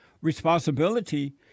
Responsibility